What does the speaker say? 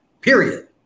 period